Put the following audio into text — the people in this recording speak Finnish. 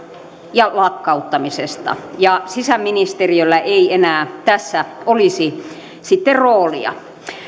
ja lakkauttamisesta ja sisäministeriöllä ei enää tässä olisi sitten roolia